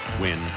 win